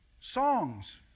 Songs